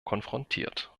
konfrontiert